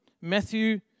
Matthew